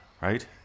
right